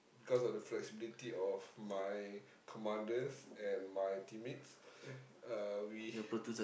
cause of the flexibility of my commanders and my teammates uh we